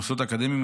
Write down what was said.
המוסדות האקדמיים,